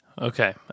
Okay